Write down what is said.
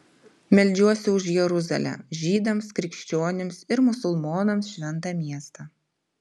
meldžiuosi už jeruzalę žydams krikščionims ir musulmonams šventą miestą